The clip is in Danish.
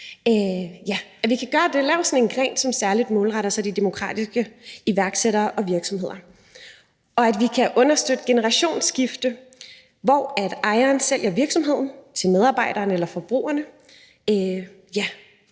at vi kan lave sådan en gren, som særlig målretter sig de demokratiske iværksættere og virksomheder, og at vi kan se på, om vi kan understøtte generationsskifter, hvor ejeren sælger virksomheden til medarbejderne eller forbrugerne